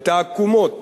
את העקומות,